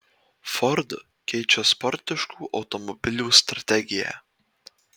ford keičia sportiškų automobilių strategiją